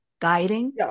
guiding